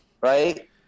right